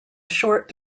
short